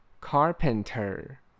Carpenter